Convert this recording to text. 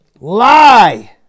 Lie